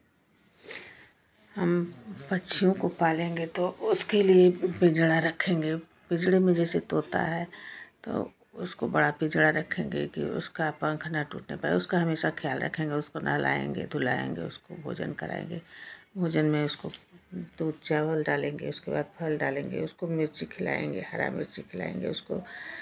हम पक्षियों को पालेंगे तो उसके लिए पिंजरा रखेंगे पिंजरे में जैसे तोता है तो उसको बड़ा पिंजरा रखेंगे कि उसका पंख ना टूटने पाए उसका हमेशा ख्याल रखेंगे नहलाएँगे धुलाएँगे उसको भोजन कराएँगे भोजन में उसको दूध चावल डालेंगे उसके बाद फल डालेंगे उसको मिर्ची खिलाएँगे हरा मिर्ची खिलाएँगे उसको